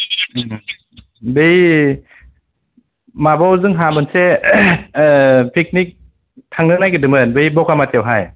ओम बै माबायाव जोंहा मोनसे पिकनिक थांनो नागिरदोंमोन बै बगामाथियावहाय